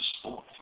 sport